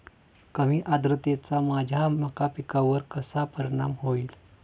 कमी आर्द्रतेचा माझ्या मका पिकावर कसा परिणाम होईल?